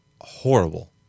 horrible